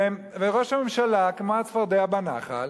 וראש הממשלה, כמו הצפרדע בנחל,